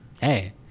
Hey